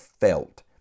felt